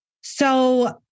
So-